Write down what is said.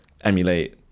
emulate